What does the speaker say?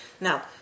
Now